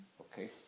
Okay